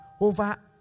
over